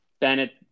Bennett